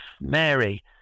Mary